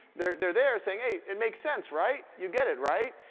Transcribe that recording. they're they're there saying hey, it makes sense, right? you get it, right?